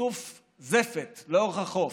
מאיסוף זפת לאורך החוף.